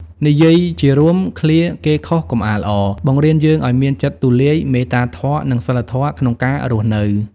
និយាយជារួម ឃ្លា "គេខុសកុំអាលអរ" បង្រៀនយើងឱ្យមាន ចិត្តទូលាយ មេត្តាធម៌ និង សីលធម៌ ក្នុងការរស់នៅ។